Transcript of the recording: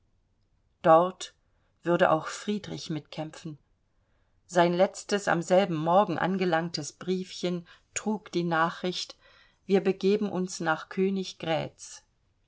dort würde auch friedrich mitkämpfen sein letztes am selben morgen angelangtes briefchen trug die nachricht wir begeben uns nach